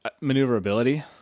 maneuverability